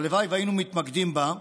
שהלוואי והיינו מתמקדים בה,